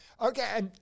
Okay